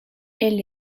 elle